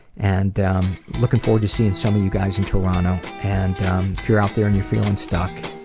and um looking forward to seeing some of you guys in toronto. and if you're out there and you're feeling stuck,